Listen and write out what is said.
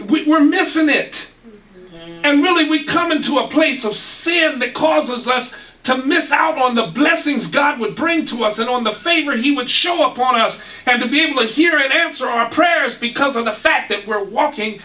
we were missing it and really we come into a place of seeing that causes us to miss out on the blessings god would bring to us and on the favor he would show up on us and to be able to hear an answer our prayers because of the fact that we are walking